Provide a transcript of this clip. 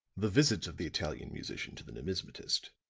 the visits of the italian musician to the numismatist,